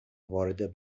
وارد